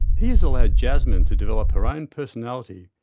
he has allowed jasmine to develop her own personality,